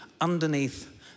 underneath